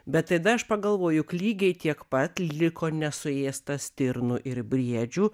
bet tada aš pagalvojau juk lygiai tiek pat liko nesuėsta stirnų ir briedžių